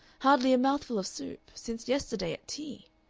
hardly a mouthful of soup since yesterday at tea.